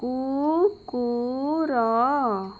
କୁକୁର